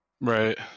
Right